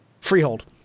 Freehold